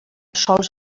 sols